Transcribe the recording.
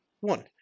One